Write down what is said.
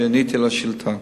כשעניתי לשאילתא,